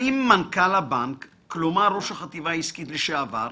האם מנכ"ל הבנק, כלומר, ראש החטיבה העסקית לשעבר,